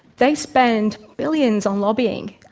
they spend billions on lobbying.